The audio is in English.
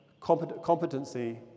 competency